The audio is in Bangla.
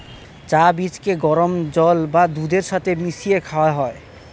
চা বীজকে গরম জল বা দুধের সাথে মিশিয়ে খাওয়া হয়